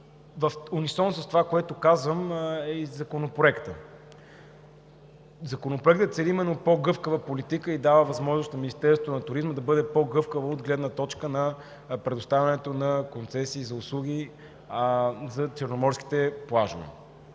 В унисон с това, което казвам, е и Законопроектът. Той цели именно по-гъвкава политика и дава възможност на Министерството на туризма да бъде по-гъвкаво от гледна точка на предоставянето на концесии за услуги за черноморските плажове.